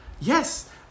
Yes